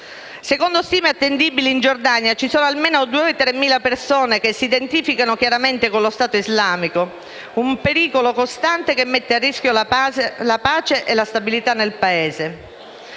Secondo stime attendibili in Giordania ci sono almeno 2.000-3.000 persone che si identificano chiaramente con lo Stato islamico, un pericolo costante che mette a rischio la pace e la stabilità nel Paese.